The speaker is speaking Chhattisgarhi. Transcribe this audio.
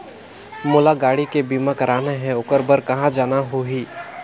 मोला गाड़ी के बीमा कराना हे ओकर बार कहा जाना होही?